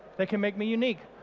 they can make me unique.